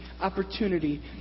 opportunity